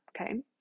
okay